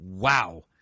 Wow